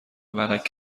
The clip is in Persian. ونک